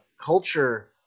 culture